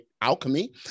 Alchemy